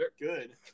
Good